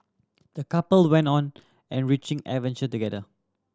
the couple went on enriching adventure together